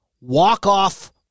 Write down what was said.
walk-off